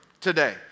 today